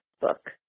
book